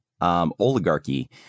oligarchy